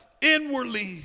inwardly